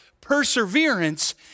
perseverance